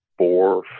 four